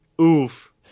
Oof